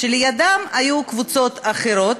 כשלידם היו קבוצות אחרות